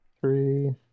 three